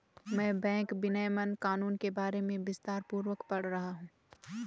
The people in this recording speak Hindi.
मैं बैंक विनियमन कानून के बारे में विस्तारपूर्वक पढ़ रहा हूं